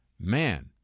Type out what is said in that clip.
Man